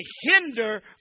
hinder